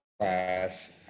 class